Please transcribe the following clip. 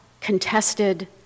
contested